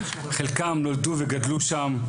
חלקם נולדו וגדלו שם,